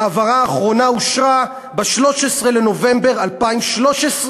ההעברה האחרונה אושרה ב-13 בנובמבר 2013,